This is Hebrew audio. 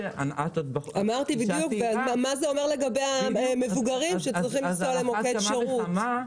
שאלתי מה זה אומר לגבי המבוגרים שצריכים לנסוע למוקד שירות.